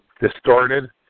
distorted